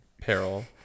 peril